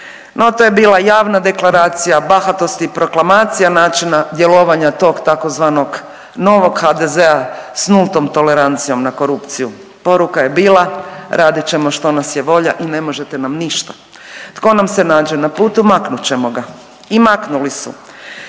no to je bila javna deklaracija bahatosti i proklamacija načina djelovanja tog tzv. novog HDZ-a s nultom tolerancijom na korupciju, poruka je bila radit ćemo što nas je volja i ne možete nam ništa, tko nam se nađe na putu maknut ćemo ga i maknuli su